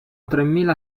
tremila